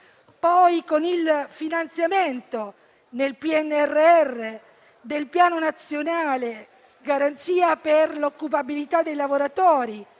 con il finanziamento nel PNRR del Piano nazionale garanzia di occupabilità dei lavoratori,